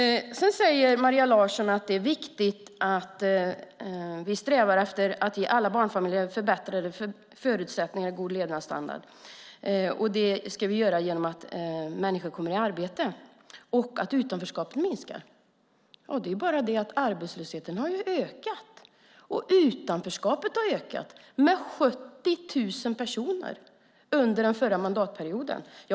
Maria Larsson säger att det är viktigt att vi strävar efter att ge alla barnfamiljer förbättrade förutsättningar för en god levnadsstandard genom att människor kommer i arbete och utanförskapet minskar. Men arbetslösheten har ju ökat, och utanförskapet har ökat med 70 000 personer under den förra mandatperioden.